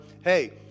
Hey